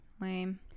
Lame